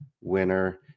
winner